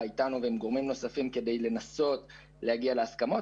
איתנו ועם גורמים נוספים כדי לנסות להגיע להסכמות,